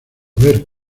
ver